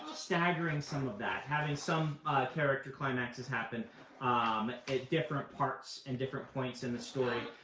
staggering some of that, having some character climaxes happen um at different parts and different points in the story,